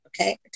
Okay